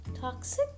Toxic